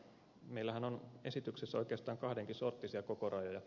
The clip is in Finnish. meillähän on esityksessä oikeastaan kahdenkin sorttisia kokorajoja